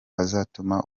azatuma